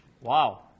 Wow